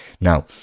Now